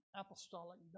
apostolic